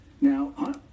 Now